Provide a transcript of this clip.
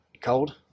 Cold